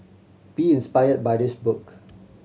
be inspired by this book